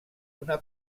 una